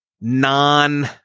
non